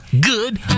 good